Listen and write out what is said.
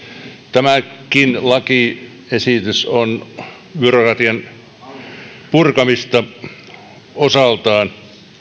tämäkin lakiesitys on byrokratian purkamista osaltaan